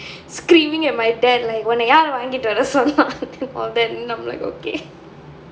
screaming at my dad like உன்ன யாரு வாங்கிட்டு வர சொன்னா:unna yaaru vaangittu vara sonnaa all that I'm like mm okay